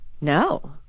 No